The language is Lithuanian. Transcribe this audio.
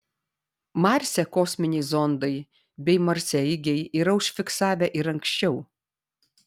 marse kosminiai zondai bei marsaeigiai yra užfiksavę ir anksčiau